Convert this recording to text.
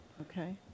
Okay